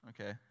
Okay